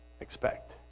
expect